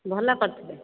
ଭଲ କରିଥିଲେ